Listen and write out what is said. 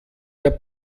der